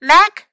Mac